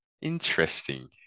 Interesting